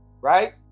right